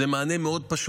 זה מענה פשוט מאוד.